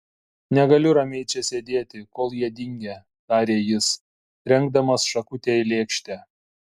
negaliu ramiai čia sėdėti kol jie dingę tarė jis trenkdamas šakutę į lėkštę